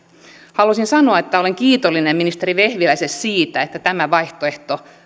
haluaisin sanoa että olen kiitollinen ministeri vehviläiselle siitä että valittiin tämä vaihtoehto